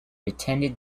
attended